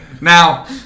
now